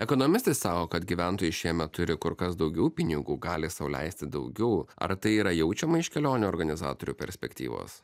ekonomistai sako kad gyventojai šiemet turi kur kas daugiau pinigų gali sau leisti daugiau ar tai yra jaučiama iš kelionių organizatorių perspektyvos